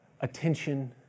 attention